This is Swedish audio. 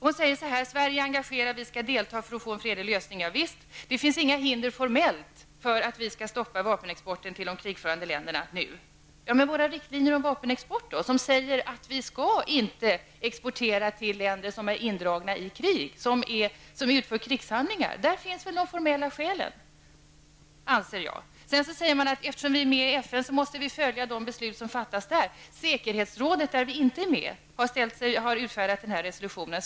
Hon säger att Sverige är engagerat och att vi skall delta för att få en fredlig lösning. Ja visst, det finns inga hinder formellt för att vi skall stoppa vapenexport till de krigförande länderna nu. Men i våra riktlinjer om vapenexport, som säger att vi inte skall exportera till länder som utför krigshandlingar, finns väl de formella skälen. Det anser jag. Sedan säger Anita Gradin, att eftersom vi är med i FN, måste vi följa de beslut som fattas där. Säkerhetsrådet, där vi inte är med, har utfärdat den här resolutionen.